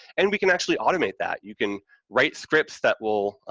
and we can actually automate that. you can write scripts that will,